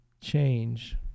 change